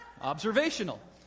Observational